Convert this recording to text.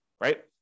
right